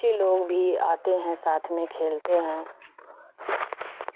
بچے لوگ بھی آتے ہیں ساتھ میں کھیلتے ہیں